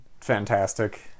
fantastic